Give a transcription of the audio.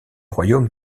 royaume